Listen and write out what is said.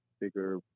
bigger